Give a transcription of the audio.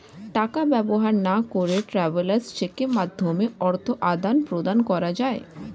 টাকা ব্যবহার না করে ট্রাভেলার্স চেকের মাধ্যমে অর্থ আদান প্রদান করা যায়